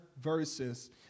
verses